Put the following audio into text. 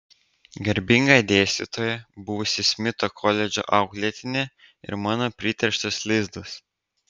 garbinga dėstytoja buvusi smito koledžo auklėtinė ir mano priterštas lizdas